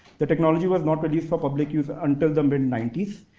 the technology was not released for public use until the mid ninety s.